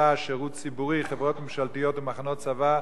הנושא הזה.